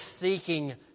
seeking